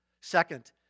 Second